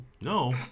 No